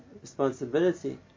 Responsibility